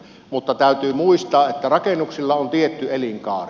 mutta täytyy muistaa että rakennuksilla on tietty elinkaari